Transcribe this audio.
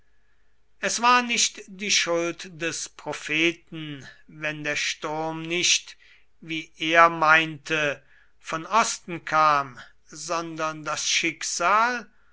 es war nicht die schuld des propheten wenn der sturm nicht wie er meinte von osten kam sondern das schicksal